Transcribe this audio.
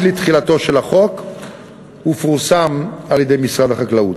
תחילתו של החוק ופורסם על-ידי משרד החקלאות.